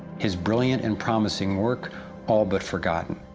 his brilliant and promising work all but forgotten.